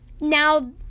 Now